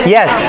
Yes